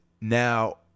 Now